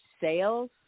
sales